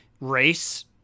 race